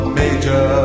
major